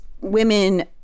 women